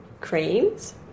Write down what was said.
creams